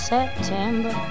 September